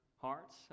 hearts